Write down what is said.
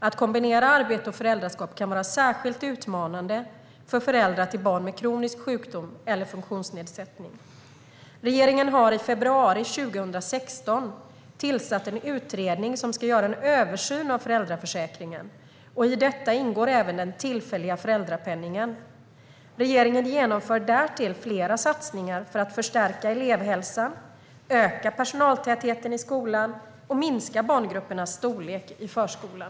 Att kombinera arbete och föräldraskap kan vara särskilt utmanande för föräldrar till barn med kronisk sjukdom eller funktionsnedsättning. Regeringen har i februari 2016 tillsatt en utredning som ska göra en översyn av föräldraförsäkringen, och i detta ingår även den tillfälliga föräldrapenningen. Regeringen genomför därtill flera satsningar för att förstärka elevhälsan, öka personaltätheten i skolan och minska barngruppernas storlek i förskolan.